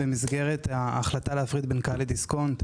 במסגרת ההחלטה להפריד בין כאל לדיסקונט.